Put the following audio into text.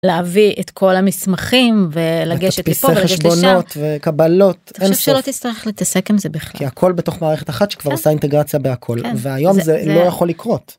להביא את כל המסמכים ולגשת לפה ולגשת לשם אני חושבת שלא נצטרך ללהתעסק עם זה בכלל וקבלות את זה כי הכל בתוך מערכת אחת שכבר עושה אינטגרציה בהכל והיום זה לא יכול לקרות.